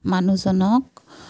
মানুহজনক